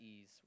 ease